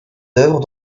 œuvres